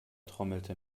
trommelte